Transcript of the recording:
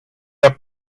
her